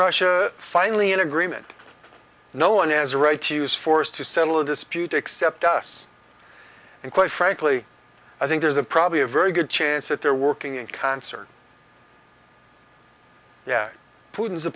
russia finally in agreement no one has a right to use force to settle a dispute except us and quite frankly i think there's a probably a very good chance that they're working in concert yeah putin is a